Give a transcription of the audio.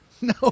No